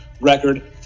record